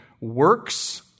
works